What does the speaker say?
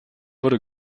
wurde